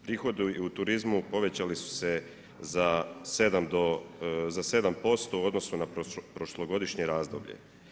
Prihodi u turizmu, povećali su se za 7% u odnosu na prošlogodišnje razdoblje.